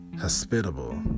hospitable